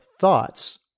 thoughts